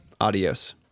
Adios